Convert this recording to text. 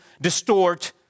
distort